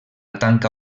tanca